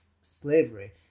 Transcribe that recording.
slavery